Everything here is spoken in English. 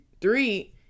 three